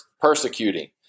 persecuting